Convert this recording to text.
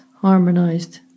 harmonized